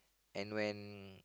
and when